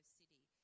City